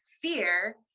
fear